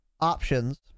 options